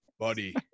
Buddy